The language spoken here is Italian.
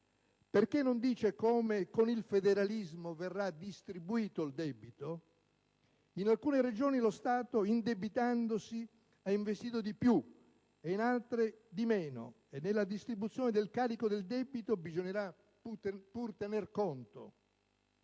Perché non dice come, con il federalismo, verrà distribuito il debito? In alcune Regioni lo Stato, indebitandosi, ha investito di più e in altre di meno, e della distribuzione del carico del debito bisognerà pur tenere conto.